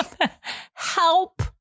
Help